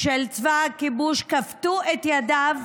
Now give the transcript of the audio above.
של צבא הכיבוש כפתו את ידיו